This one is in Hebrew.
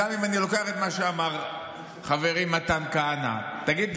גם אם אני לוקח את מה שאמר חברי מתן כהנא: תגיד,